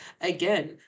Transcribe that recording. again